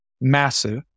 massive